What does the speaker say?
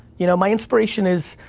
you know, my inspiration is.